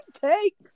Take